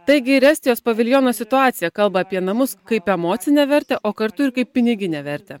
taigi ir estijos paviljono situacija kalba apie namus kaip emocinę vertę o kartu ir kaip piniginę vertę